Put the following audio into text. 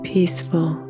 Peaceful